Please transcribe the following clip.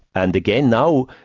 and again now,